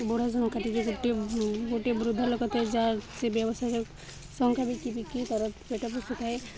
ବୁଢ଼ା ସଂଙ୍ଖାରି ଗୋଟେ ଗୋଟେ ବୃଦ୍ଧାଲୋକ ଥାଏ ଯାହା ସେ ବ୍ୟବସାୟ ସଂଖ୍ୟା ବିକି ବିକି ତା'ର ପେଟା ପୋଷୁଥାଏ